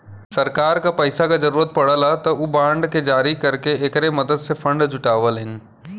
सरकार क पैसा क जरुरत पड़ला त उ बांड के जारी करके एकरे मदद से फण्ड जुटावलीन